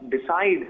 decide